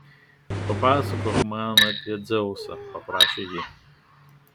papasakok man apie dzeusą paprašė ji